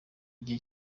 gihe